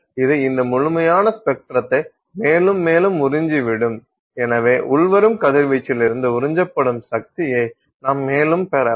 இது இந்த முழுமையான ஸ்பெக்ட்ரத்தை மேலும் மேலும் உறிஞ்சிவிடும் எனவே உள்வரும் கதிர்வீச்சிலிருந்து உறிஞ்சப்படும் சக்தியை நாம் மேலும் பெறலாம்